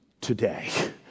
today